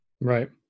right